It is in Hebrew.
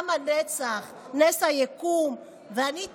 עם הנצח, נס היקום, ואני תוהה: